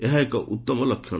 ଏହା ଏକ ଉତ୍ତମ ଲକ୍ଷଣ